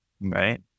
Right